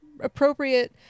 appropriate